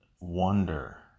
wonder